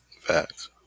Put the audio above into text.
Facts